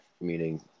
meaning